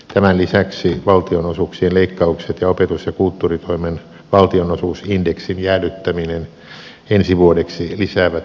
tämän lisäksi valtionosuuksien leikkaukset ja opetus ja kulttuuritoimen valtionosuusindeksin jäädyttäminen ensi vuodeksi lisäävät koulutussektorin menosäästöjä